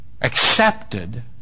accepted